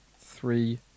three